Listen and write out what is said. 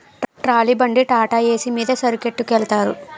trolley బండి టాటాఏసి మీద సరుకొట్టికెలతారు